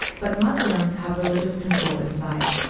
but muslims have religious control inside.